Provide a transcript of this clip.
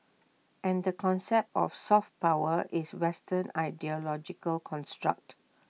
and the concept of soft power is western ideological construct